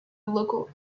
local